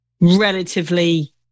relatively